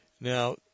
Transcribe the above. Now